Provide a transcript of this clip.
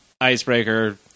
icebreaker